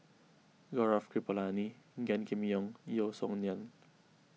Gaurav Kripalani Gan Kim Yong Yeo Song Nian